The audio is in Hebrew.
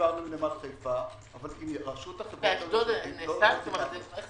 דיברנו עם נמל חיפה, אבל רשות החברות לא פנו.